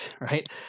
right